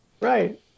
Right